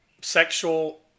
sexual